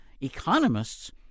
Economists